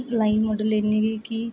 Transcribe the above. live model ऐ नी कि